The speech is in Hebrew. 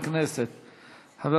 הרווחה והבריאות נתקבלה.